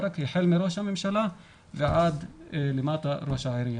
החל מראש הממשלה ועד למטה, ראש העירייה.